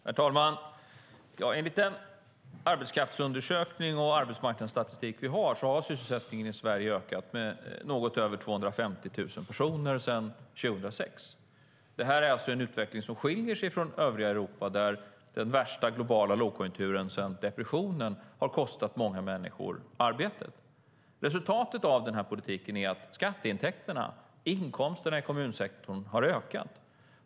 Herr talman! Enligt den arbetskraftsundersökning och arbetsmarknadsstatistik som finns har sysselsättningen i Sverige ökat med något över 250 000 personer sedan 2006. Detta är en utveckling som skiljer sig från övriga Europa, där den värsta globala lågkonjunkturen sedan depressionen har kostat många människor arbetet. Resultatet av denna politik är att skatteintäkterna, inkomsterna i kommunsektorn, har ökat.